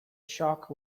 shock